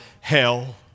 hell